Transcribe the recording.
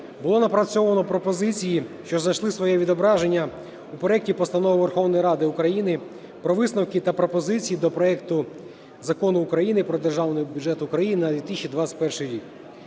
було напрацьовано пропозиції, що знайшли своє відображення у проекті Постанови Верховної Ради України про висновки та пропозиції до проекту Закону України про Державний бюджет України на 2021 рік.